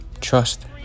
trust